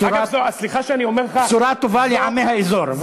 בשורה טובה לעמי האזור.